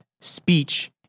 speech